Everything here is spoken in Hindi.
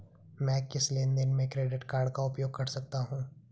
मैं किस लेनदेन में क्रेडिट कार्ड का उपयोग कर सकता हूं?